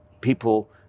people